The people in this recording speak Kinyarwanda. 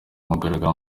mugaragaro